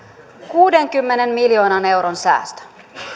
kuudenkymmenen miljoonan euron säästö